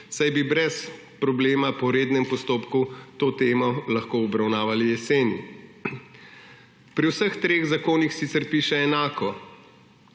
saj bi brez problema po rednem postopku to temo lahko obravnavali jeseni. Pri vseh treh zakonih sicer piše enako,